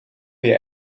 wir